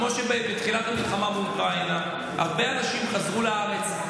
כמו שבתחילת המלחמה באוקראינה הרבה אנשים חזרו לארץ,